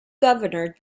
governor